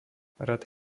rad